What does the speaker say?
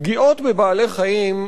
פגיעות בבעלי-חיים,